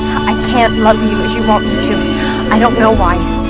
i can't love you as you want me to i don't know why you